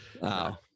Wow